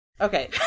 Okay